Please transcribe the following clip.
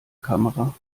kamera